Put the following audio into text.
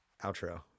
outro